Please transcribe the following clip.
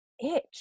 itch